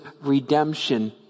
redemption